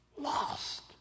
lost